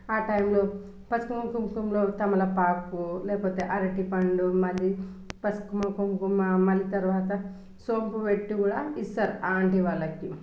ఆ టైంలో పసుపు కుంకుమలు తమలపాకు లేకపోతే అరటిపండు మళ్ళీ పసుపు కుంకుమ మళ్ళీ తరువాత సోంపు పెట్టి కూడా ఇస్తారు ఆంటీ వాళ్ళకి